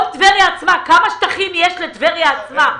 כל טבריה עצמה, כמה שטחים יש לטבריה עצמה?